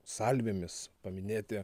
salvėmis paminėti